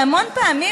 והמון פעמים,